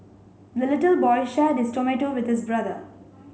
the little boy shared his tomato with his brother